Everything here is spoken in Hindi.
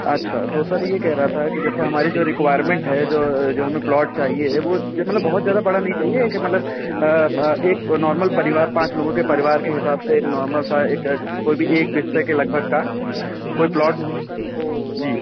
अच्छा तो सर यह कह रहा था कि जैसे हमारी जो रिक्वायरमेंट है जो जो हमें प्लॉट चाहिए है वह ज मतलब बहुत ज़्यादा बड़ा नहीं चाहिए एक मतलब ब एक नॉर्मल परिवार पाँच लोगों के परिवार के हिसाब से एक नॉर्मल सा एक कोई भी एक बीसवे के लगभग का कोई प्लॉट जी